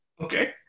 Okay